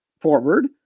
forward